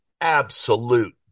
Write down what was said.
absolute